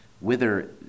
whither